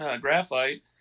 graphite